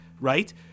right